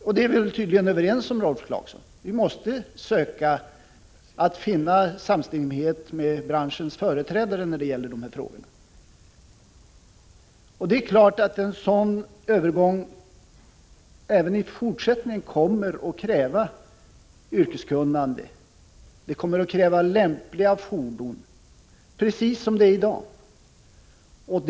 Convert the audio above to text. Och vi är tydligen överens, Rolf Clarkson, om att vi i dessa frågor måste söka nå samstämmighet med branschens företrädare. Det är klart att en sådan övergång innebär att det även i fortsättningen kommer att krävas yrkeskunnande. Det kommer, precis som i dag, att krävas lämpliga fordon.